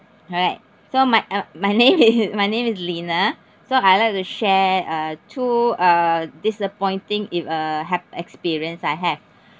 alright so my uh my name is my name is lina so I like to share uh two uh disappointing e~ uh hap~ experience I have